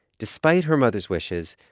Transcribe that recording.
despite her mother's wishes,